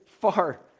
far